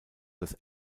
das